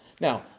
Now